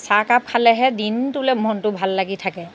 চাহকাপ খালেহে দিনটোলৈ মনটো ভাল লাগি থাকে